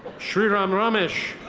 sriram ramesh.